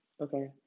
Okay